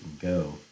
go